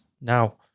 now